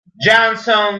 johnson